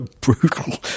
brutal